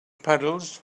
puddles